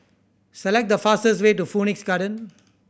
select the fastest way to Phoenix Garden